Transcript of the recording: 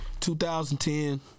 2010